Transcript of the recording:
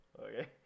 Okay